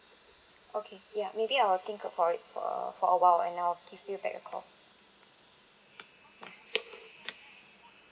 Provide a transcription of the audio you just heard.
okay ya maybe I will think about it for for a while and I'll give you back a call